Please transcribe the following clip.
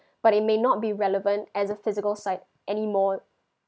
but it may not be relevant as a physical site anymore